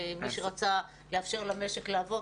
מי שרצה לאפשר למשק לעבוד,